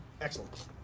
Excellent